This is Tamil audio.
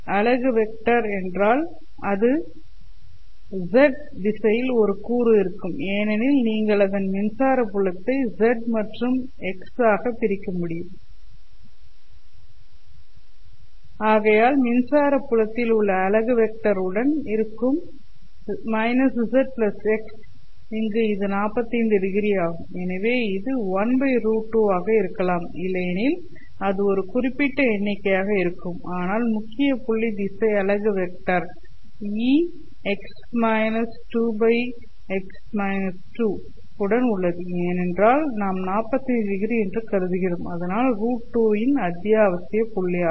அலகு வெக்டர் என்றால் அது -z திசையில் ஒரு கூறு இருக்கும் ஏனெனில் நீங்கள் அதன் மின்சார புலத்தை -z மற்றும் x ஆக பிரிக்க முடியும் ஆகையால் மின்சாரத் புலத்தில் உள்ள அலகு வெக்டர் உடன் இருக்கும் -ẑx̂ இங்கு இது 45ᵒ ஆகும் எனவே இது 1√2 ஆக இருக்கலாம் இல்லையெனில் அது ஒரு குறிப்பிட்ட எண்ணிக்கையாக இருக்கும் ஆனால் முக்கியமான புள்ளி திசை அலகு vector E x ẑx ẑ உடன் உள்ளது ஏனென்றால் நாம் 45ᵒ என்று கருதுகிறோம் அதனால் √2 இன் அத்தியாவசிய புள்ளியாகும்